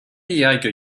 diego